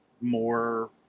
more